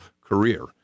career